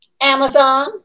Amazon